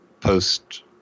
post